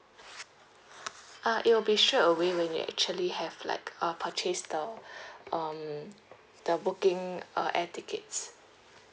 ah it will be straight away when you actually have like uh purchased the um the booking uh air tickets